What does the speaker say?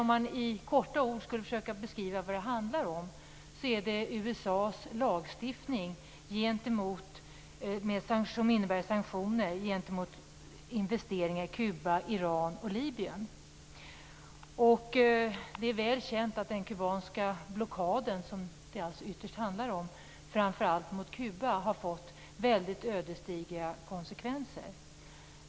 Om man i korta ord skulle försöka beskriva vad det handlar om kan man säga att det är USA:s lagstiftning, som innebär sanktioner gentemot investeringar i Kuba, Iran och Libyen. Det är väl känt att den amerikanska blockaden mot framför allt Kuba, vilken det alltså ytterst handlar om, har fått väldigt ödesdigra konsekvenser.